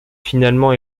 finalement